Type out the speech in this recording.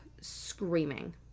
screaming